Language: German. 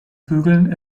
bügeln